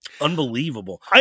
Unbelievable